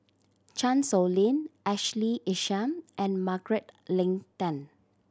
Chan Sow Lin Ashley Isham and Margaret Leng Tan